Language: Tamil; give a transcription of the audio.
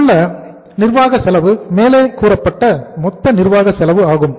இங்குள்ள நிர்வாக செலவு மேலே கூறப்பட்ட மொத்த நிர்வாக செலவு ஆகும்